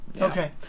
Okay